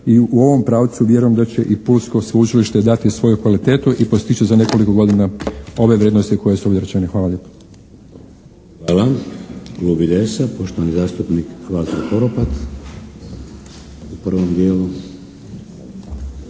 i u ovom pravcu vjerujem da će i Pulsko sveučilište dati svoju kvalitetu i postići za nekoliko godina ove vrijednosti koje su ovdje rečene. Hvala lijepo. **Šeks, Vladimir